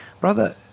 brother